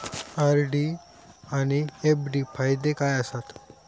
RD आनि FD फायदे काय आसात?